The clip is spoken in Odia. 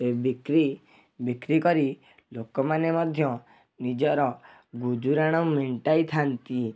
ଏ ବିକ୍ରି ବିକ୍ରି କରି ଲୋକମାନେ ମଧ୍ୟ ନିଜର ଗୁଜୁରାଣ ମେଣ୍ଟାଇଥାନ୍ତି